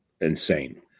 insane